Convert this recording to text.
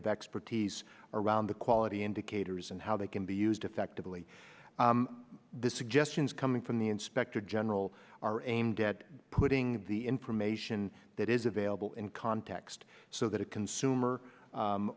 of expertise around the quality indicators and how they can be used effectively the suggestions coming from the inspector general are aimed at putting the information that is available in context so that a consumer